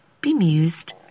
bemused